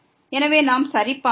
எனவே நாம் சரிபார்ப்போம்